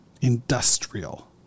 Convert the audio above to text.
industrial